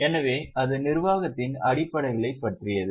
எனவே அது நிர்வாகத்தின் அடிப்படைகளைப் பற்றியது